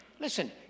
listen